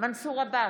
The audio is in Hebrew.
מנסור עבאס,